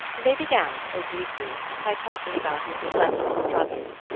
they began, obliquely, by talking about mrs. lemuel struthers.